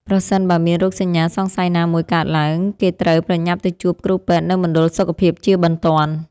ប្រសិនបើមានរោគសញ្ញាសង្ស័យណាមួយកើតឡើង គេត្រូវប្រញាប់ទៅជួបគ្រូពេទ្យនៅមណ្ឌលសុខភាពជាបន្ទាន់។